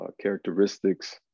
characteristics